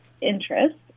interest